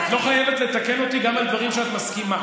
את לא חייבת לתקן אותי גם על דברים שאת מסכימה.